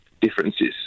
differences